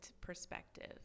perspective